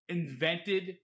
invented